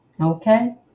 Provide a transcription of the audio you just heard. okay